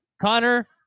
Connor